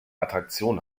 attraktion